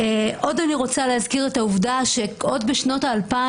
עוד אני רוצה להזכיר את העובדה שעוד בשנות ה-2000